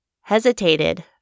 hesitated